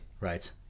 right